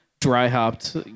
dry-hopped